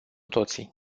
toții